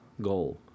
goal